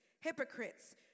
hypocrites